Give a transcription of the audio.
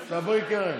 דברי, קרן.